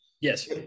Yes